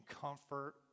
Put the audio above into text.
comfort